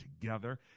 together